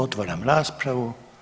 Otvaram raspravu.